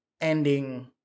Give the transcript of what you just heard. ending